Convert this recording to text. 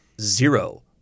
zero